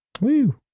Woo